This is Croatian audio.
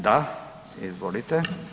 Da, izvolite.